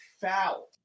foul